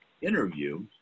interview